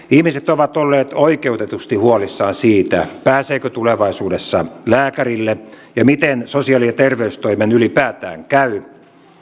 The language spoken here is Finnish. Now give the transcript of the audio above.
ihmiset ovat olleet oikeutetusti huolissaan siitä pääseekö tulevaisuudessa lääkärille ja miten sosiaali ja terveystoimen ylipäätään käy